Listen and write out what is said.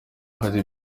hari